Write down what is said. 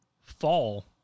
fall